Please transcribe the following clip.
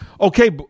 okay